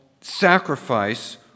sacrifice